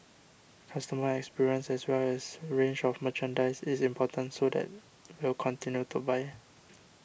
customer experience as well as range of merchandise is important so that will continue to buy